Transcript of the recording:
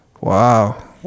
Wow